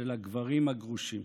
של הגברים הגרושים?